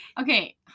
Okay